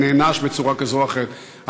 נענש בצורה כזו או אחרת.